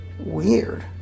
Weird